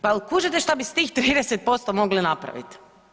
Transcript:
Pa jel kužite šta bi s tih 30% mogli napraviti.